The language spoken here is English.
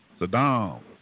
Saddam